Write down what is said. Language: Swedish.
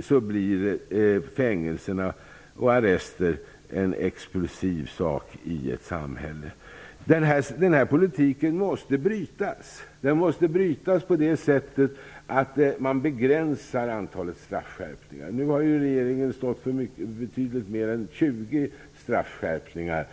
fängelserna. Fängelser och arrester blir därför en explosiv sak i samhället. Den här politiken måste avbrytas, och man måste begränsa antalet straffskärpningar. Regeringen har nu genomfört betydligt fler än 20 straffskärpningar.